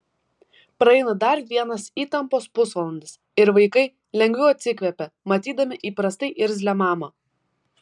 praeina dar vienas įtampos pusvalandis ir vaikai lengviau atsikvepia matydami įprastai irzlią mamą